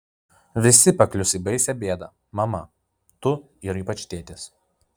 visi paklius į baisią bėdą mama tu ir ypač tėtis